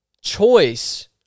choice